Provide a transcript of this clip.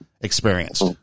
experienced